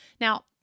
Now